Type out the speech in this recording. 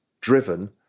driven